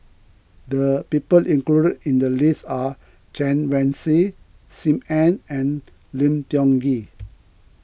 the people included in the list are Chen Wen Hsi Sim Ann and Lim Tiong Ghee